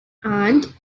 and